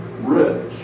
rich